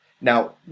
Now